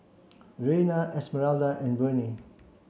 Reyna Esmeralda and Bernie